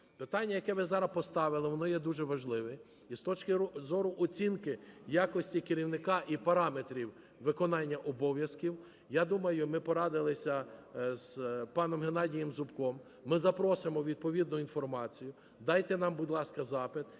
Питання, яке ми зараз поставили, воно є дуже важливе і з точки зору оцінки якості керівника і параметрів виконання обов'язків. Я думаю, ми порадилися з паном Геннадієм Зубком, ми запросимо відповідну інформацію, дайте нам будь ласка, запит,